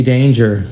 Danger